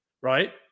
right